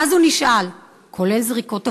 ואז הוא נשאל: כולל זריקות אבנים,